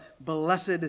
blessed